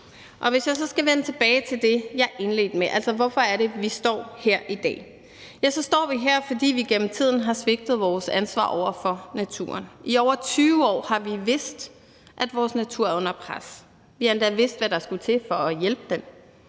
hvis jeg så skal vende tilbage til det, jeg indledte med, altså hvorfor det er, vi står her i dag, så står vi her, fordi vi gennem tiden har svigtet vores ansvar over for naturen. I over 20 år har vi vidst, at vores natur er under pres – vi har endda vidst, hvad der skulle til for at hjælpe den